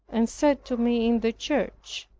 and said to me in the church,